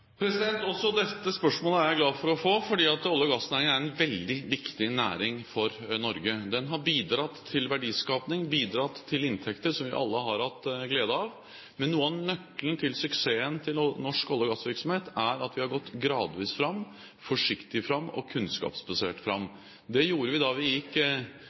Også dette spørsmålet er jeg glad for å få, for olje- og gassnæringen er en veldig viktig næring for Norge. Den har bidratt til verdiskaping, bidratt til inntekter som vi alle har hatt glede av. Men noe av nøkkelen til suksessen til norsk olje- og gassvirksomhet er at vi har gått gradvis fram, forsiktig fram og kunnskapsbasert fram. Det gjorde vi da vi gikk